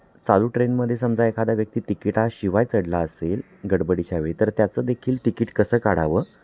चालू ट्रेनमध्ये समजा एखादा व्यक्ती तिकिटाशिवाय चढला असेल गडबडीच्यावेळी तर त्याचं देखील तिकीट कसं काढावं